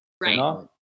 Right